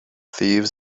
thieves